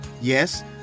Yes